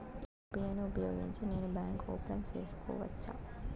UPI ను ఉపయోగించి నేను బ్యాంకు ఓపెన్ సేసుకోవచ్చా?